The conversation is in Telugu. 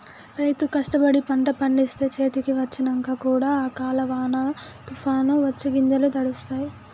రైతు కష్టపడి పంట పండిస్తే చేతికి వచ్చినంక కూడా అకాల వానో తుఫానొ వచ్చి గింజలు తడుస్తాయ్